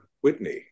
Whitney